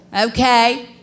Okay